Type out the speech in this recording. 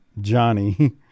Johnny